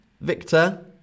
Victor